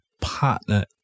partner